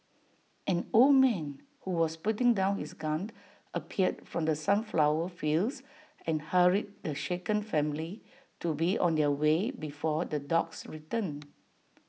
an old man who was putting down his gun appeared from the sunflower fields and hurried the shaken family to be on their way before the dogs return